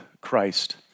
Christ